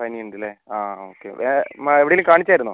പനിയുണ്ടല്ലേ അതെ ഓക്കെ എവിടേങ്കിലും കാണിച്ചായിരുന്നോ